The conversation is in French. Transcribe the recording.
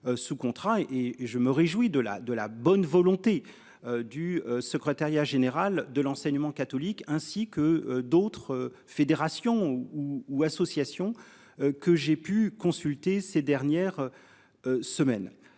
je me réjouis de la, de la bonne volonté du secrétariat général de l'enseignement catholique ainsi que d'autres fédérations. Ou associations. Que j'ai pu consulter ces dernières. Semaines